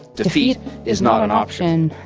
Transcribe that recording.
defeat is not an option